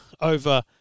over